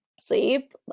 Sleep